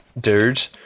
dude